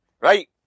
Right